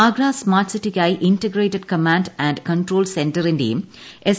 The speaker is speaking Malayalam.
ആഗ്ര സ്മാർട്ട് സിറ്റിയ്ക്കായി ഇന്റർഗ്രേറ്റഡ് കമ്മാന്റ് ആൻഡ് കൺട്രോൾ സെന്ററിന്റെയും എസ്പ്